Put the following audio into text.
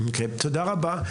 תודה רבה.